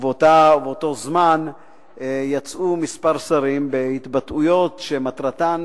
ובאותו זמן יצאו כמה שרים בהתבטאויות שמטרתן,